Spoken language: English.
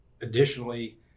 additionally